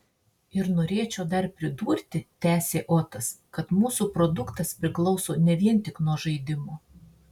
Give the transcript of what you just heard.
ir norėčiau dar pridurti tęsė otas kad mūsų produktas priklauso ne vien tik nuo žaidimo